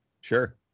Sure